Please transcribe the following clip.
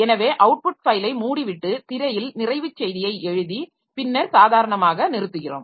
எனவே output ஃபைலை மூடிவிட்டு திரையில் நிறைவு செய்தியை எழுதி பின்னர் சாதாரணமாக நிறுத்துகிறோம்